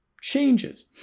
changes